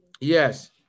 Yes